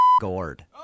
gourd